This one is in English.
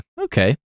okay